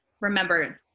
remember